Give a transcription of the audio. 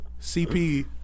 CP